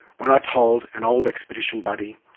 when i told an old expedition buddy,